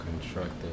constructive